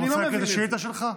אתה רוצה להקריא את השאילתה שלך?